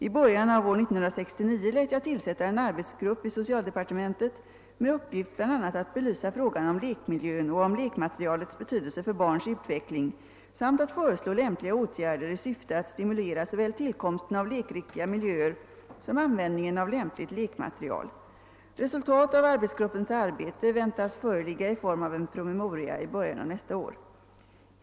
I början av år 1969 lät jag tillsätta en arbetsgrupp i socialdepartementet med uppgift bl.a. att belysa frågan om lekmiljön och om lekmaterialets betydelse för barns utveckling samt att föreslå lämpliga åtgärder i syfte att stimulera såväl tillkomsten av lekriktiga miljöer som användningen av lämpligt lekmaterial. Resultat av arbetsgruppens arbete väntas föreligga i form av en promemoria i början av nästa år.